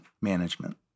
management